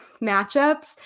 matchups